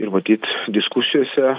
ir matyt diskusijose